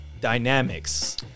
Dynamics